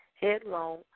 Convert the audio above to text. headlong